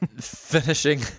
finishing